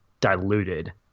diluted